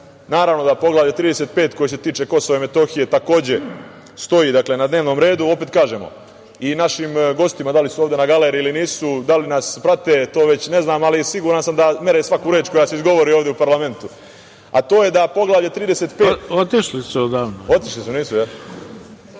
Naravno da Poglavlje 35 koje se tiče KiM takođe stoji na dnevnom redu. Opet kažemo i našim gostima, da li su ovde na Galeriji ili nisu, da li nas prate, to ne znam, ali siguran sam da mere svaku reč koja se izgovori ovde u parlamentu, a to je da Poglavlje 35…(Predsednik: Otišli su